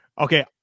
Okay